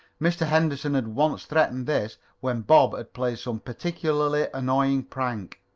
mr. henderson had once threatened this when bob had played some particularly annoying prank.